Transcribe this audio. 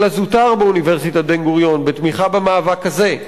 הזוטר באוניברסיטת בן-גוריון בתמיכה במאבק הזה,